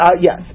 yes